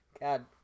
God